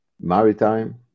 maritime